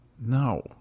No